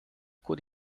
could